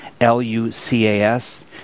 L-U-C-A-S